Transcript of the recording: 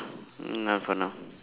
not for now